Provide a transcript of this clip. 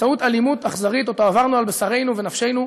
באמצעות אלימות אכזרית שעברנו על בשרנו ונפשנו,